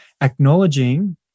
acknowledging